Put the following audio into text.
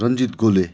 Ranjit Gole